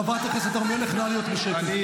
--- חברת הכנסת הר מלך, נא להיות בשקט.